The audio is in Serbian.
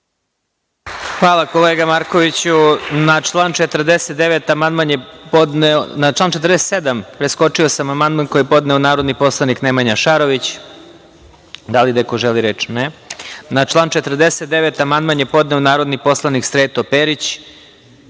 Hvala, kolega Markoviću. Na član 47. amandman je podneo narodni poslanik Nemanja Šarović. Da li neko želi reč? (Ne.)Na član 49. amandman je podneo narodni poslanik Sreto